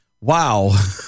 wow